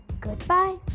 goodbye